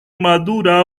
madura